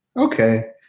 okay